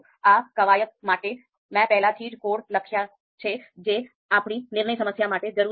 આ કવાયત માટે મેં પહેલેથી જ code લખ્યા છે જે આપણી નિર્ણય સમસ્યા માટે જરૂરી છે